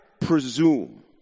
presume